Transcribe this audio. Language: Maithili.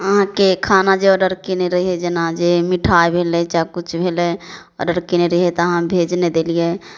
अहाँके खाना जे ऑडर कएने रहिए जेना जे मिठाइ भेलै चाहे किछु भेलै ऑडर कएने रहिए तऽ अहाँ भेज नहि देलिए